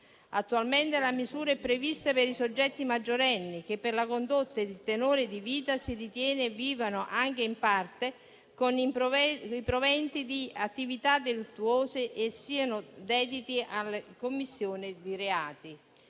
Attualmente la misura è prevista per i soggetti maggiorenni, che per la condotta e il tenore di vita si ritiene vivano anche in parte con i proventi di attività delittuose e siano dediti alla commissione di reati